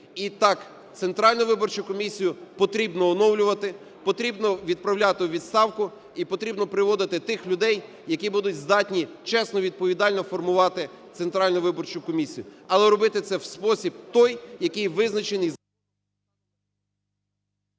І так, Центральну виборчу комісію потрібно оновлювати, потрібно відправляти у відставку і потрібно приводити тих людей, які будуть здатні чесно, відповідально формувати Центральну виборчу комісію. Але робити це в спосіб той, який визначений…